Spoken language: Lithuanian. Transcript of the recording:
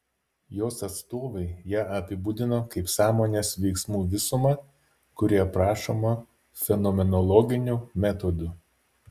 jos atstovai ją apibūdino kaip sąmonės veiksmų visumą kuri aprašoma fenomenologiniu metodu